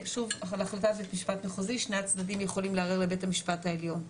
על החלטת בית משפט מחוזי שני הצדדים יכולים לערער לבית המשפט העליון.